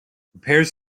repairs